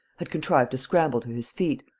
had contrived to scramble to his feet,